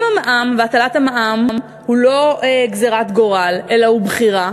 אם המע"מ והטלת המע"מ הם לא גזירת גורל אלא בחירה,